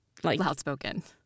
loudspoken